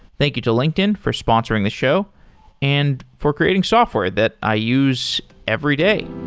thank you to linkedin for sponsoring this show and for creating software that i use every day